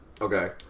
Okay